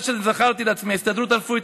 מה שזכרתי זה ההסתדרות הרפואית,